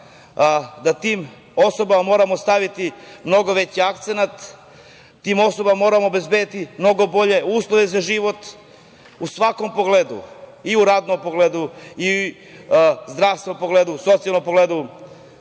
da tim osobama moramo staviti mnogo veći akcenat, tim osobama moramo obezbediti mnogo bolje uslove za život u svakom pogledu i u radnom pogledu i zdravstvenom pogledu, socijalnom pogledu. Na